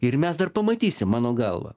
ir mes dar pamatysim mano galva